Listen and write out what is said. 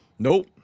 Nope